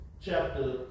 chapter